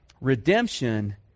Redemption